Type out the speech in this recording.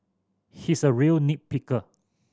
he's a real nit picker